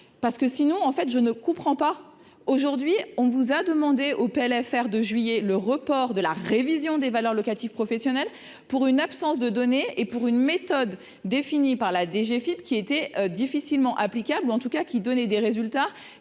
parce que sinon, en fait, je ne comprends pas, aujourd'hui, on vous a demandé au PLFR de juillet, le report de la révision des valeurs locatives professionnel pour une absence de données et pour une méthode définie par la DGFIP, qui était difficilement applicable ou, en tout cas, qui donnait des résultats